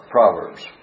Proverbs